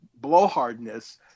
blowhardness